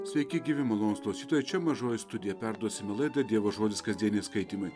sveiki gyvi malonūs klausytojai čia mažoji studija perduosime laida dievo žodis kasdieniai skaitymai